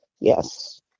Yes